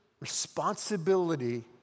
responsibility